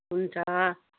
हुन्छ